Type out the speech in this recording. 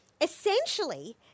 Essentially